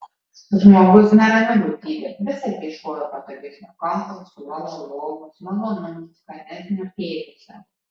žmogus nerami būtybė visad ieškojo patogesnio kampo suolo lovos malonumų skanesnio ėdesio